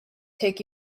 take